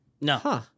No